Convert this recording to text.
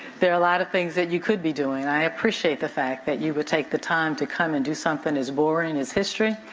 there are a lot of things that you could be doing. i appreciate the fact that you would take the time to come and do something as boring as history,